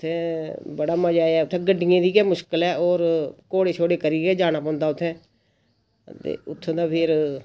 उत्थै बड़ा मजा ऐ उत्थै गड्डियें दी गै मुश्कल ऐ होर घोड़े शोड़े करियै जाना पौंदा उत्थै ते उत्थुं'दा फिर